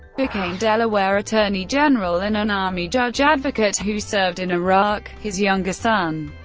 became delaware attorney general and an army judge advocate who served in iraq his younger son,